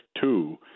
two